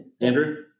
Andrew